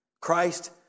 Christ